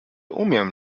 umiem